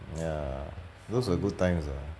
ya those was good times ah